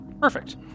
Perfect